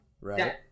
Right